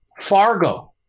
Fargo